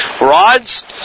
Rods